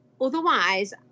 otherwise